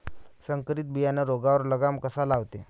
संकरीत बियानं रोगावर लगाम कसा लावते?